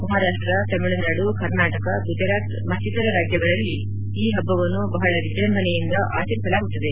ಮಹಾರಾಷ್ಟ ತಮಿಳುನಾಡು ಕರ್ನಾಟಕ ಗುಜರಾತ್ ಮತ್ತಿತರ ರಾಜ್ಯಗಳಲ್ಲಿ ಈ ಹಬ್ಬವನ್ನು ಬಹಳ ವಿಜೃಂಭಣೆಯಿಂದ ಆಚರಿಸಲಾಗುತ್ತದೆ